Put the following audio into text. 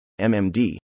MMD